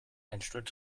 einsturz